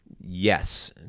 yes